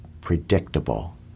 predictable